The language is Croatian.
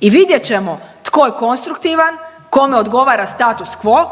i vidjet ćemo tko je konstruktivan, kome odgovara status quo,